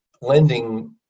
lending